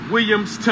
Williams